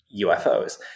UFOs